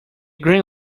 green